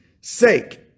sake